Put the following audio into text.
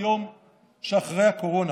ביום שאחרי הקורונה.